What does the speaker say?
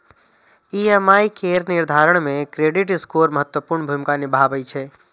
EMI केर निर्धारण मे क्रेडिट स्कोर महत्वपूर्ण भूमिका निभाबै छै